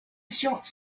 shots